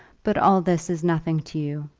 but all this is nothing to you.